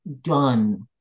done